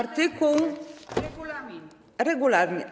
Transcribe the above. Regulamin... Regulamin.